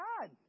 God